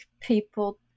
people